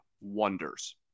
wonders